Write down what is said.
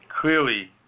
clearly –